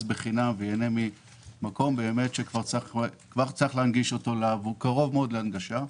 בחינם וייהנה ממקום שהוא כבר קרוב מאוד להנגשה.